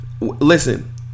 listen